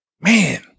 man